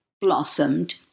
blossomed